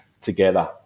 together